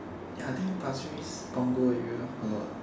ya I think pasir-ris punggol area a lot